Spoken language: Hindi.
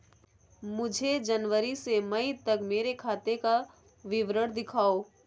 मुझे जनवरी से मई तक मेरे खाते का विवरण दिखाओ?